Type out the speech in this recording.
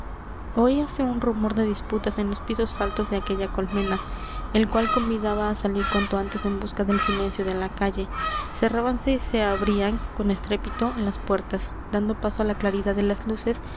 crimen oíase un rumor de disputas en los pisos altos de aquella colmena el cual convidaba a salir cuanto antes en busca del silencio de la calle cerrábanse y se abrían con estrépito las puertas dando paso a la claridad de las luces